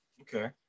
Okay